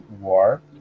war